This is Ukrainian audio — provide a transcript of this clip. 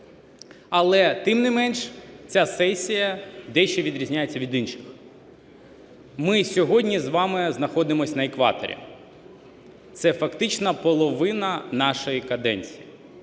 Але, тим не менш, ця сесія дещо відрізняється від інших. Ми сьогодні з вами знаходимось на екваторі – це фактично половина нашої каденції.